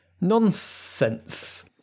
Nonsense